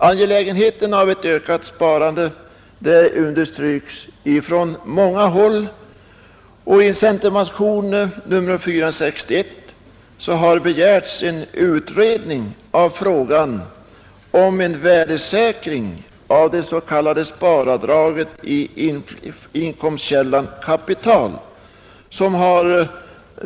Angelägenheten av ett ökat sparande understryks från många håll, och i centerpartimotionen 461 har begärts en utredning av frågan om en värdesäkring av det s.k. sparavdraget i inkomstkällan kapital.